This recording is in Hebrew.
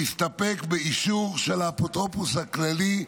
להסתפק באישור של האפוטרופוס הכללי,